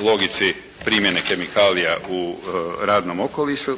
logici primjene kemikalija u radnom okolišu.